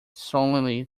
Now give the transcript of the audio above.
solemnly